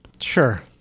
Sure